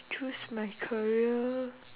choose my career